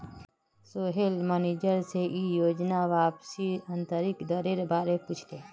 Sohail manager से ई योजनात वापसीर आंतरिक दरेर बारे पुछले